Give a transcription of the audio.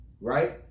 Right